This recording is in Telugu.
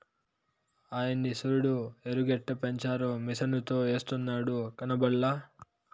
ఆయన్ని సూడు ఎరుయెట్టపెంచారో మిసనుతో ఎస్తున్నాడు కనబల్లా